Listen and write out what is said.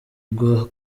igwa